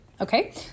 Okay